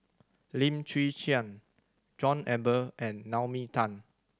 Lim Chwee Chian John Eber and Naomi Tan